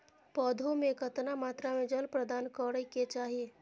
पौधों में केतना मात्रा में जल प्रदान करै के चाही?